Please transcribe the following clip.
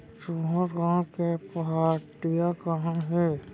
तुंहर गॉँव के पहाटिया कहॉं हे?